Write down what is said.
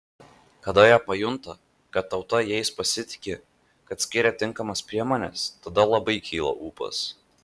kada jie pajunta kad tauta jais pasitiki kad skiria tinkamas priemones tada labai kyla ūpas